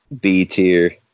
b-tier